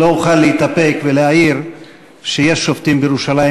לא אוכל להתאפק ולהעיר שיש שופטים בירושלים,